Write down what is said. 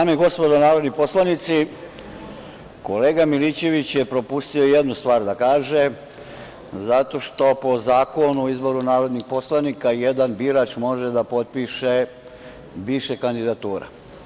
Dame i gospodo narodni poslanici, kolega Milićević je propustio jednu stvar da kaže zato što po Zakonu o izboru narodnih poslanika jedan birač može da potpiše više kandidatura.